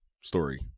story